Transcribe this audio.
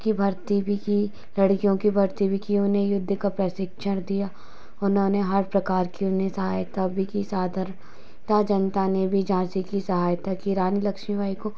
की भर्ती भी की लड़कियों की भर्ती भी की उन्हें युद्ध का प्रशिक्षण दिया उन्होंने हर प्रकार की उन्हें सहायता भी की सादर त जनता ने भी झाँसी की सहायता की रानी लक्ष्मीबाई को